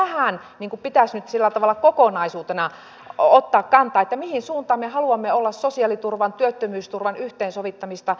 tähän pitäisi nyt sillä tavalla kokonaisuutena ottaa kantaa mihin suuntaan me haluamme olla sosiaaliturvan työttömyysturvan yhteensovittamista kehittämässä